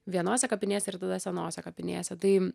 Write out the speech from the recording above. vienose kapinėse ir tada senose kapinėse tai